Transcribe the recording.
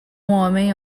homem